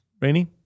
Rainy